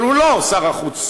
אבל הוא לא שר החוץ,